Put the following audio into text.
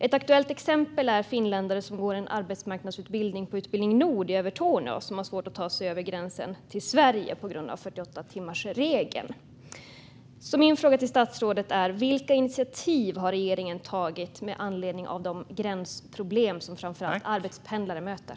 Ett aktuellt exempel är finländare som går en arbetsmarknadsutbildning på Utbildning Nord i Övertorneå och har svårt att ta sig över gränsen till Sverige på grund av 48timmarsregeln. Min fråga till statsrådet är därför vilka initiativ regeringen har tagit med anledning av de gränsproblem som framför allt arbetspendlare möter.